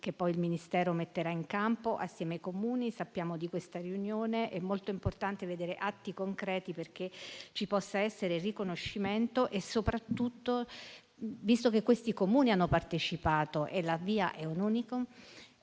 che il Ministero metterà in campo assieme ai Comuni. Sappiamo della riunione. È molto importante vedere atti concreti, perché ci possa essere il riconoscimento e soprattutto, visto che quei Comuni hanno partecipato e la via è un *unicum*,